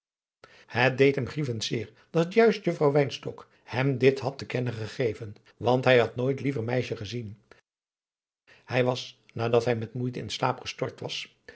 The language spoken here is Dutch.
het deed hem grievend zeer dat juist juffrouw wynstok hem dit had te kennen gegeven want hij had nooit liever meisje gezien hij was nadat hij met moeite in slaap gestort was